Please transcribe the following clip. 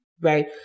right